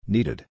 Needed